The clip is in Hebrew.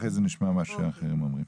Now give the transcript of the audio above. ואחרי זה נשמע מה אחרים אומרים.